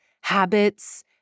habits